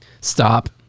Stop